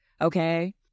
okay